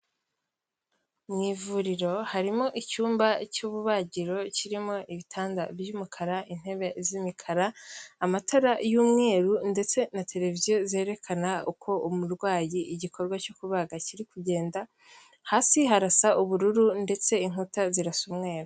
Mu ivuriro harimo icyumba cy'ububagiro, kirimo ibitanda by'umukara, intebe z'imikara, amatara y'umweru, ndetse na televiziyo zerekana uko umurwayi, igikorwa cyo kubaga kiri kugenda, hasi harasa ubururu, ndetse inkuta zirasa umwera.